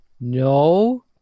No